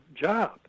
job